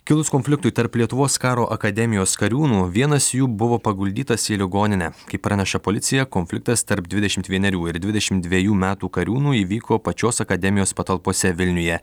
kilus konfliktui tarp lietuvos karo akademijos kariūnų vienas jų buvo paguldytas į ligoninę kaip praneša policija konfliktas tarp dvidešimt vienerių ir dvidešimt dviejų metų kariūnų įvyko pačios akademijos patalpose vilniuje